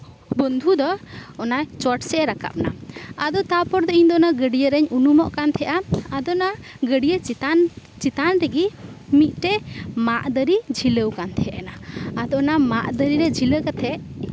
ᱵᱚᱱᱫᱷᱩ ᱫᱚ ᱚᱱᱟ ᱪᱚᱴ ᱥᱮᱜ ᱮ ᱨᱟᱠᱟᱵ ᱱᱟ ᱟᱫᱚ ᱛᱟᱨᱯᱚᱨ ᱫᱚ ᱤᱧ ᱫᱚ ᱚᱱᱟ ᱜᱟᱹᱰᱭᱟ ᱨᱮᱧ ᱩᱱᱩᱢᱚᱜ ᱠᱟᱱ ᱛᱟᱦᱮᱱᱟ ᱟᱫᱚ ᱚᱱᱟ ᱜᱟᱹᱰᱭᱟᱹ ᱪᱮᱛᱟᱱ ᱪᱮᱛᱟᱱ ᱨᱮᱜᱮ ᱢᱤᱫᱴᱮᱡ ᱢᱟᱫ ᱫᱟᱨᱮ ᱡᱷᱤᱞᱟᱹ ᱟᱠᱟᱱ ᱛᱟᱦᱮᱱᱟ ᱟᱫᱚ ᱚᱱᱟ ᱢᱟᱫ ᱫᱟᱨᱮ ᱨᱮ ᱡᱤᱞᱞᱟᱹ ᱠᱟᱛᱮᱫ